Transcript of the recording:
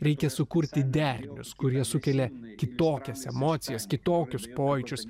reikia sukurti derinius kurie sukelia kitokias emocijas kitokius pojūčius